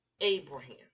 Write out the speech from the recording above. abraham